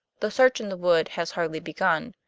the search in the wood has hardly begun.